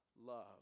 love